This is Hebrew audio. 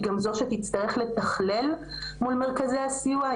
היא גם זו שתצטרך לתכלל מול מרכזי הסיוע?